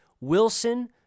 Wilson